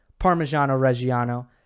parmigiano-reggiano